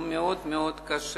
שהוא מאוד מאוד קשה,